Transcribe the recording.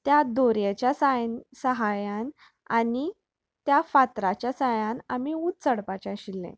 त्या दोरयेच्या साय सहायान आनी त्या फातराच्या सहायान आमी उंच चडपाचे आशिल्ले